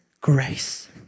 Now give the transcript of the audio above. grace